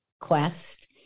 quest